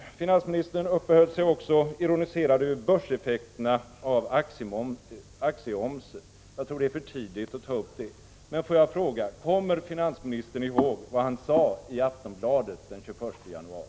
Finansministern ironiserade också över effekterna på börsen av aktieomsen. Jag tror att det är för tidigt att ta upp det. Jag vill bara fråga om finansministern kommer ihåg vad han sade i Aftonbladet den 21 januari.